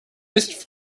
ist